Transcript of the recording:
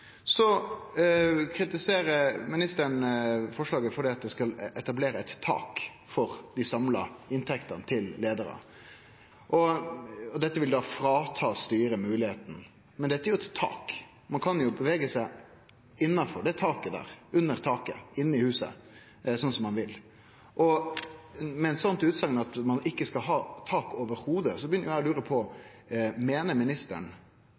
Så kritiserer ministeren forslaget fordi ein vil etablere eit tak for dei samla inntektene til leiarar, og dette vil da fråta styret moglegheita. Men dette er jo eit tak, ein kan jo bevege seg innanfor dette taket, under taket inne i huset, sånn som ein vil. Med ei slik utsegn at ein ikkje skal ha tak i det heile, lurer eg på: Meiner ministeren